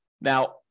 Now